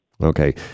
Okay